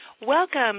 Welcome